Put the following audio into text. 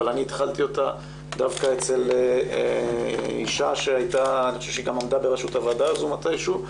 אבל אני התחלתי אותה דווקא אצל אישה שעמדה בראשות הוועדה הזו מתישהו,